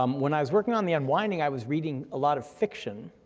um when i was working on the unwinding i was reading a lot of fiction.